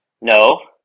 No